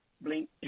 blink